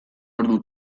ordu